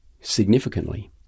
significantly